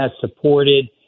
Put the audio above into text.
supported